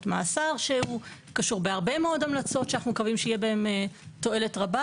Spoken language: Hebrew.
מאסר שקשור בהרבה מאוד המלצות שאנחנו מקווים שיהיה בהן תועלת רבה.